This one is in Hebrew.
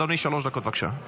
אדוני, שלוש דקות, בבקשה.